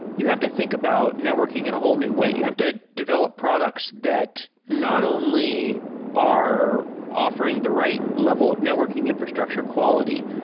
you have to think about networking in a whole new way. you have to develop products that not only are offering the right level of networking infrastructure quality,